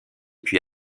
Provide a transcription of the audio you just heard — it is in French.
puis